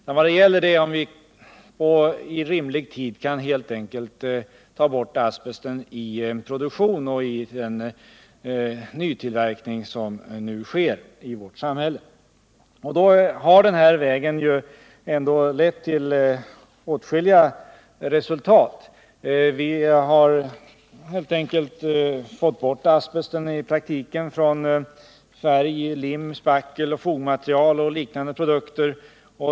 Vad det nu gäller är om vi i rimlig tid kan ta bort asbesten i den nytillverkning som nu sker i vårt samhälle. Den metod vi tillämpar har då ändå lett till åtskilliga resultat. Vi har helt enkelt i praktiken fått bort asbesten från färg, lim, spackel, fogmaterial och liknande produkter.